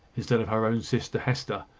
instead of her own sister hester,